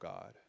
God